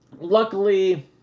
luckily